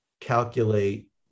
calculate